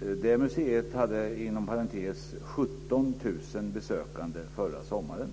då. Museet hade 17 000 besökare förra sommaren.